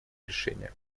решения